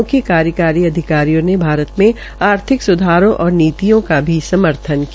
मुख्य कार्यकारी अधिकारियों ने भारत में आर्थिक सुधारों और नीतियों का समर्थन किया